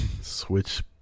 switch